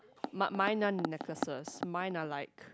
mine mine aren't necklaces mine are like